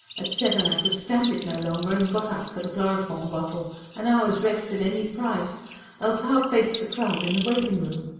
at seven i could stand it no longer and got up for the chloroform bottle an hour's rest at any price else how face the crowd in the waiting-room?